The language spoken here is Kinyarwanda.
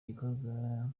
gikorwa